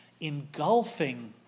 engulfing